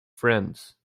friends